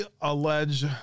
allege